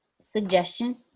suggestion